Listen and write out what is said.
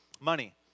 Money